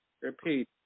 Repeat